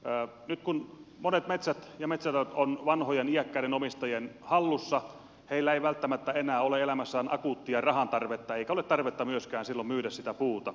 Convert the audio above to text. nyt kun monet metsät ja metsälöt ovat vanhojen iäkkäiden omista jien hallussa heillä ei välttämättä enää ole elämässään akuuttia rahan tarvetta eikä ole tarvetta silloin myöskään myydä sitä puuta